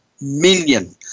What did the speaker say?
million